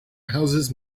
houses